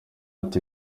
ati